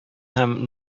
һәм